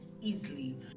easily